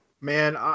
man